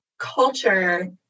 Culture